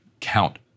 count